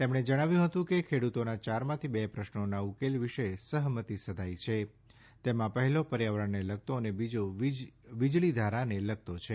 તેમણે જણાવ્યું હતું કે ખેડૂતોના ચારમાંથી બે પ્રશ્નોના ઉકેલ વિષે સહમતી સધાઈ છે તેમાં પહેલો પર્યાવરણને લગતો અને બીજો વીજળીધારાને લગતો છે